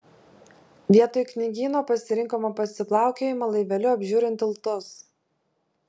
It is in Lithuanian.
vietoj knygyno pasirinkome pasiplaukiojimą laiveliu apžiūrint tiltus